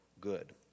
good